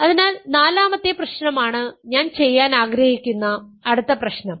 അതിനാൽ നാലാമത്തെ പ്രശ്നമാണ് ഞാൻ ചെയ്യാൻ ആഗ്രഹിക്കുന്ന അടുത്ത പ്രശ്നം